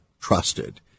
trusted